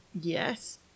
Yes